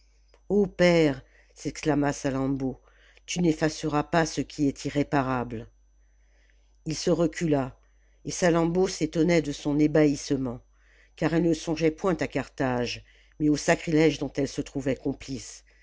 père exclama salammbô tu n'effaceras pas ce qui est irréparable il se recula et salammbô s'étonnait de son ébahissement car elle ne songeait point à carthage mais au sacrilège dont elle se trouvait